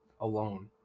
alone